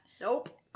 Nope